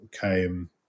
came